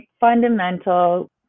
fundamental